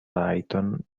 rajton